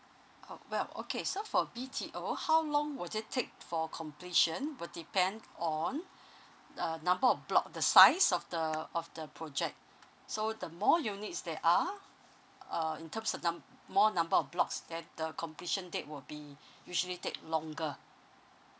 oh well okay so for B_T_O how long would it take for completion will depend on uh number of block the size of the of the project so the more units there are uh in terms of num~ more number of blocks that the completion date will be usually take longer